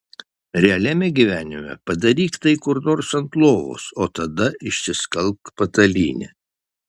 realiame gyvenime padaryk tai kur ant lovos o tada išsiskalbk patalynę